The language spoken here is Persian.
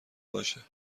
باشه